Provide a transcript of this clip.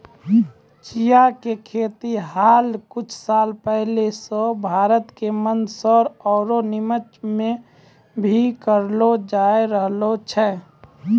चिया के खेती हाल कुछ साल पहले सॅ भारत के मंदसौर आरो निमच मॅ भी करलो जाय रहलो छै